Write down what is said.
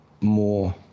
more